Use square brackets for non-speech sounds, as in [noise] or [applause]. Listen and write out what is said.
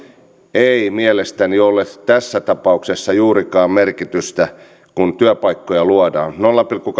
ei mielestäni ole tässä tapauksessa juurikaan merkitystä kun työpaikkoja luodaan nolla pilkku [unintelligible]